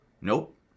Nope